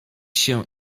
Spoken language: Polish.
się